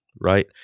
right